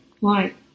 Right